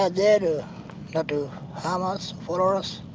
out there not to harm us, follow us.